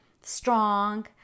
strong